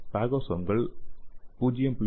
பாகோசோம்கள் 0